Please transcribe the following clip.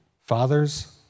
fathers